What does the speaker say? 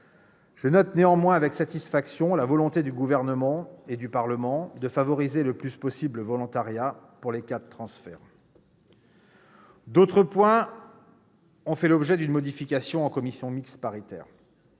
Je note néanmoins avec satisfaction la volonté du Gouvernement et du Parlement de favoriser le plus possible le volontariat en cas de transfert. D'autres points ont fait l'objet d'une modification en commission mixte paritaire.